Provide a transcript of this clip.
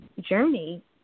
journey